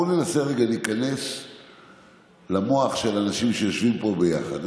בוא ננסה לרגע להיכנס למוח של אנשים שיושבים פה ביחד.